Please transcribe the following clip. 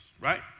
right